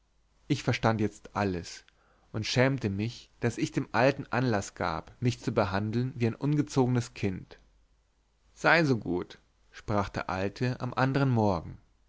ich verstand jetzt alles und schämte mich daß ich dem alten anlaß gab mich zu behandeln wie ein ungezogenes kind sei so gut sprach der alte am andern morgen